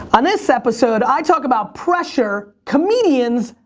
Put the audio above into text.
on this episode, i talk about pressure, comedians,